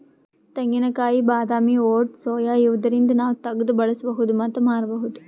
ತೆಂಗಿನಕಾಯಿ ಬಾದಾಮಿ oats soya ಇವ್ದರಿಂದ್ ನಾವ್ ತಗ್ದ್ ಬಳಸ್ಬಹುದ್ ಮತ್ತ್ ಮಾರ್ಬಹುದ್